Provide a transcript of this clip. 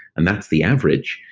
and that's the average,